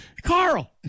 Carl